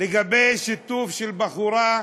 לגבי שיתוף של בחורה,